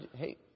hey